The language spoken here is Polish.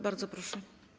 Bardzo proszę.